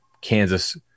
Kansas